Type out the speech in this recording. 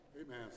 Amen